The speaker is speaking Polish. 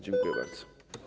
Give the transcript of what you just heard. Dziękuję bardzo.